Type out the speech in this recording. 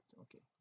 okay